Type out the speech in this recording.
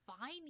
fine